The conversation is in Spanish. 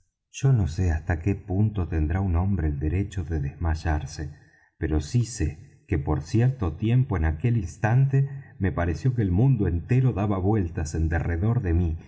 yo no sé hasta qué punto tendrá un hombre el derecho de desmayarse pero si sé que por cierto tiempo en aquel instante me pareció que el mundo entero daba vueltas en derredor de mí